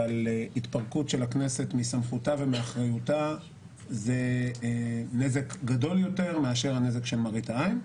אבל התפרקות של הכנסת מסמכותה זה נזק גדול יותר מאשר הנזק של מראית עין.